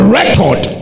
record